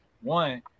one